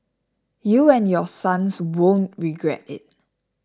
you and your sons won't regret it